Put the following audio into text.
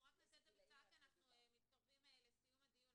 אנחנו רק נעשה את זה בקצרה כי אנחנו מתקרבים לסיום הדיון,